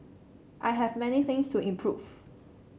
I have many things to improve